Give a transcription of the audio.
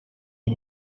die